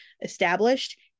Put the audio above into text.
Established